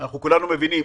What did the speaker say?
אנחנו כולנו מבינים,